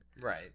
Right